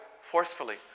forcefully